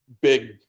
big